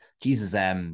Jesus